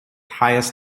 highest